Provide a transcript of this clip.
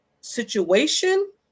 situation